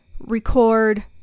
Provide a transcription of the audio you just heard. Record